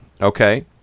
okay